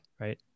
right